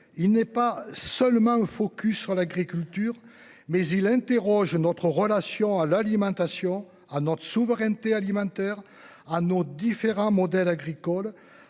il n'est pas seulement un focus sur l'agriculture. Mais il interroge notre relation à l'alimentation à notre souveraineté alimentaire à nos différents modèles agricoles